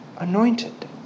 anointed